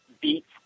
beats